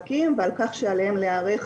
דובר בבעיה מול בני הנוער,